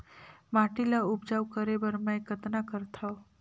माटी ल उपजाऊ करे बर मै कतना करथव?